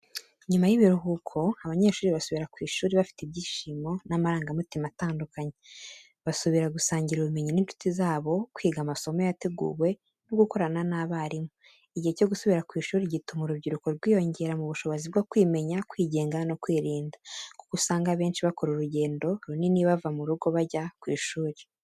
Nyuma y'ibiruhuko, abanyeshuri basubira ku ishuri bafite ibyishimo n’amarangamutima atandukanye. Basubira gusangira ubumenyi n’inshuti zabo, kwiga amasomo yateguwe no gukorana n’abarimu. Igihe cyo gusubira ku ishuri gituma urubyiruko rwiyongera mu bushobozi bwo kwimenya, kwigenga no kwirinda. Kuko usanga benshi bakora urugendo runini bava mu rugo bajya ku ishuri.